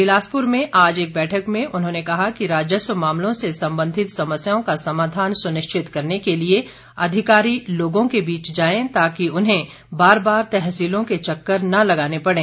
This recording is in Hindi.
बिलासपुर में आज एक बैठक में उन्होंने कहा कि राजस्व मामलों से संबंधित समस्याओं का समाधान सुनिश्चित करने के लिए अधिकारी लोगों के बीच जाएं ताकि उन्हें बार बार तहसीलों के चक्कर न लगाने पड़ें